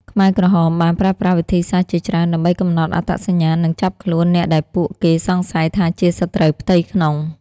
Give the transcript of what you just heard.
ខ្មែរក្រហមបានប្រើប្រាស់វិធីសាស្រ្តជាច្រើនដើម្បីកំណត់អត្តសញ្ញាណ និងចាប់ខ្លួនអ្នកដែលពួកគេសង្ស័យថាជាសត្រូវផ្ទៃក្នុង។